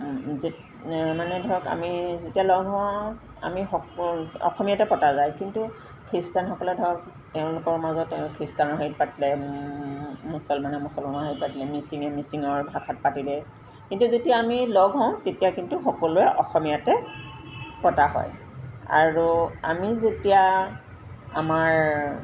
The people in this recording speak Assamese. যে মানে ধৰক আমি যেতিয়া লগ হওঁ আৰু আমি সকলো অসমীয়াতে পতা যায় কিন্তু খ্ৰীষ্টানসকলে ধৰক তেওঁলোকৰ মাজত খ্ৰীষ্টানৰ হেৰিত পাতিলে মুছলমানে মুছলমানৰ হেৰিত পাতিলে মিচিঙে মিচিঙৰ ভাষাত পাতিলে কিন্তু যেতিয়া আমি লগ হওঁ তেতিয়া কিন্তু সকলোৱে অসমীয়াতে পতা হয় আৰু আমি যেতিয়া আমাৰ